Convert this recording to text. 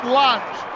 lunge